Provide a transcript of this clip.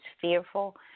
fearful